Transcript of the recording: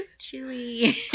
chewy